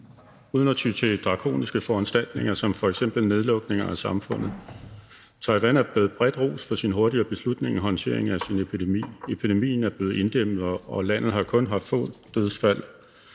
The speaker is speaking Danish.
uden at ty til drakoniske foranstaltninger som f.eks. nedlukninger af samfundet. Taiwan er blevet bredt rost for sine hurtige beslutninger og håndteringen af sin epidemi. Epidemien er blev inddæmmet, og landet har kun haft få dødsfald.